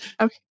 Okay